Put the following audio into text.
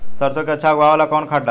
सरसो के अच्छा उगावेला कवन खाद्य डाली?